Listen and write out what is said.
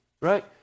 right